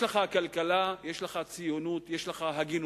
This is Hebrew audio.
יש לך כלכלה, יש לך ציונות, יש לך הגינות.